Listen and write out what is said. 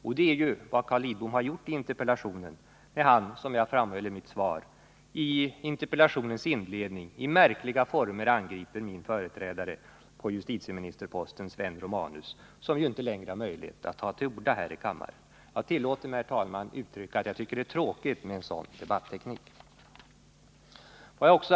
Men det är ju vad Carl Lidbom gör i interpellationen när han, som jag framhöll i mitt svar, i interpellationens inledning i märkliga former angriper min företrädare på justitieministerposten, Sven Romanus, som ju inte längre har möjlighet att ta till orda här i kammaren. Jag tillåter mig, herr talman, uttrycka att det är tråkigt med en sådan debatteknik. Herr talman!